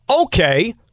okay